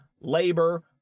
Labor